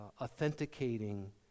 authenticating